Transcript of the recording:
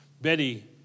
Betty